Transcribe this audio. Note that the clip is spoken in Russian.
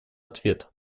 ответ